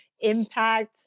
impact